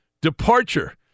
departure